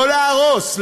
לא להרוס,